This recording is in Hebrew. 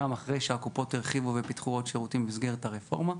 גם אחרי שהקופות הרחיבו ופיתחו עוד שירותים במסגרת הרפורמה.